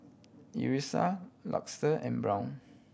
Elyssa Luster and Brown